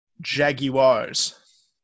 Jaguars